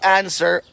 answer